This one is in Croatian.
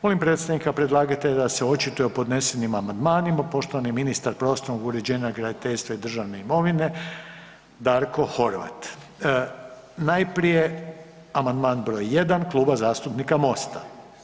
Molim predstavnika predlagatelja da se očituje o podnesenim amandmanima, poštovani ministar prostornog uređenja, graditeljstva i državne imovine Darko Horvat, najprije amandman br. 1. Kluba zastupnika MOST-a.